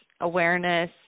awareness